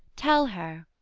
tell her,